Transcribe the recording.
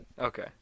Okay